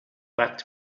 back